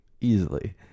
easily